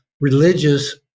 religious